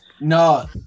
No